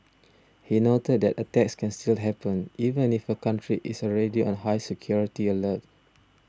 he noted that attacks can still happen even if a country is already on high security alert